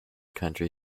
country